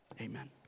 amen